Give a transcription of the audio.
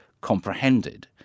comprehended